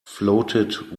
floated